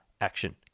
action